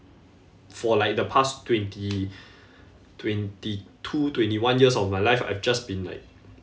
for like the past twenty twenty-two twenty-one years of my life I've just been like